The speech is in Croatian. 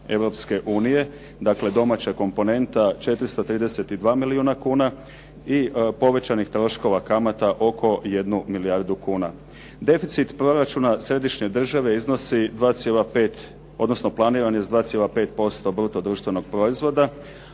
Europske unije, dakle domaća komponenta 432 milijuna kuna i povećanih troškova kamata oko 1 milijardu kuna. Deficit proračuna središnje države iznosi 2,5 odnosno planiran je s 2,5% bruto društvenog proizvoda,